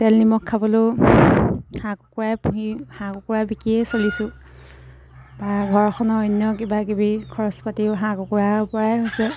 তেল নিমখ খাবলৈও হাঁহ কুকুৰাই পুহি হাঁহ কুকুৰাই বিকিয়ে চলিছোঁ বা ঘৰখনৰ অন্য কিবা কিবি খৰচ পাতিও হাঁহ কুকুৰাৰ পৰাই হৈছে